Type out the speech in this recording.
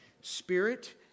Spirit